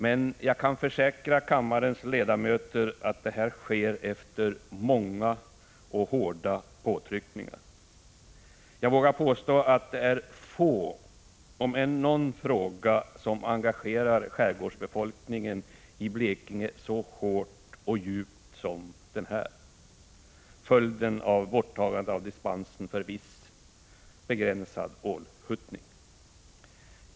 Men jag kan försäkra kammarens ledamöter att det sker efter många och hårda påtryckningar. Jag vågar påstå att det är få, om ens någon fråga, som engagerar skärgårdsbefolkningen så hårt och djupt som frågan om följden av borttagande av dispensen för viss begränsad ålhuttning.